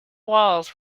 walls